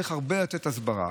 צריך לעשות הרבה הסברה.